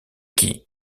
qui